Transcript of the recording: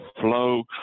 flow